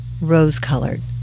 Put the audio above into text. rose-colored